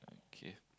okay